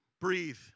Breathe